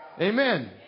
Amen